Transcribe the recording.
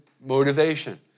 motivation